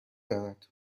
دارد